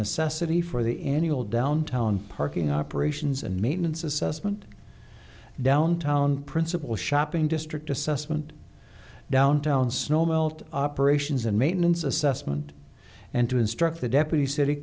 necessity for the annual downtown parking operations and maintenance assessment downtown principal shopping district assessment downtown snow melt operations and maintenance assessment and to instruct the deputy city